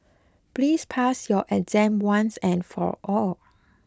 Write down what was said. please pass your exam once and for all